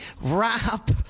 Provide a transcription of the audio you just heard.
Rap